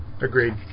Agreed